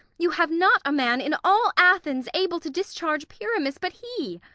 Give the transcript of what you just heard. you have not a man in all athens able to discharge pyramus but he.